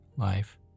life